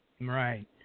Right